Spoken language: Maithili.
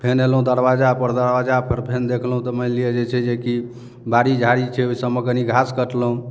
फेन अयलहुँ दरवाजापर दरवाजापर फेन देखलहुँ तऽ मानिलिअ जे छै जेकी बाड़ी झाड़ी छै ओसब मे कनी घास कटलहुँ